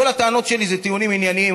כל הטענות שלי הן טיעונים ענייניים,